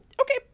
okay